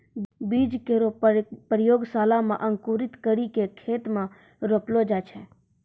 बीज केरो प्रयोगशाला म अंकुरित करि क खेत म रोपलो जाय छै